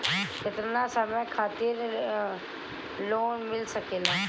केतना समय खातिर लोन मिल सकेला?